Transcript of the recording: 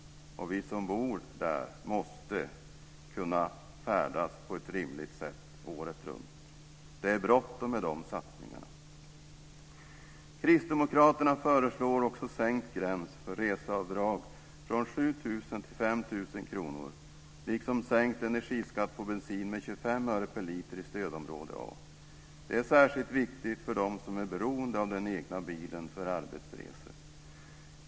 Vi som bor där måste kunna färdas på ett rimligt sätt året runt. Det är bråttom med de satsningarna. Kristdemokraterna föreslår även sänkt gräns för reseavdrag från 7 000 till 5 000 kr, liksom sänkt energiskatt på bensin med 25 öre per liter i stödområde A. Det är särskilt viktigt för dem som är beroende av den egna bilen för arbetsresor.